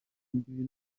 imbibi